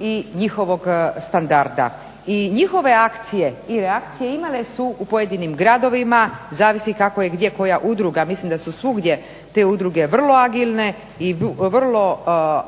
i njihovog standarda. I njihove akcije i reakcije imale su u pojedinim gradovima zavisi kako je gdje koja udruga. Mislim da su svugdje te udruge vrlo agilne i vrlo